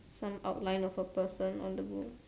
some outline of a person on the wall